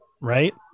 right